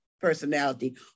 personality